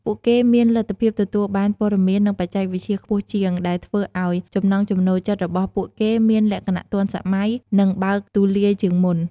ពួកគេមានលទ្ធភាពទទួលបានព័ត៌មាន និងបច្ចេកវិទ្យាខ្ពស់ជាង ដែលធ្វើឲ្យចំណង់ចំណូលចិត្តរបស់ពួកគេមានលក្ខណៈទាន់សម័យ និងបើកទូលាយជាងមុន។